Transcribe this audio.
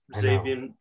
Xavier